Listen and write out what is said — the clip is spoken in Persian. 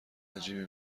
عجیبی